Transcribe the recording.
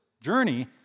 journey